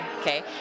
okay